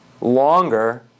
longer